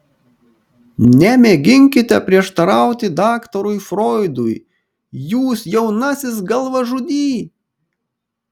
nemėginkite prieštarauti daktarui froidui jūs jaunasis galvažudy